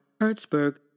Hertzberg